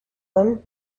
them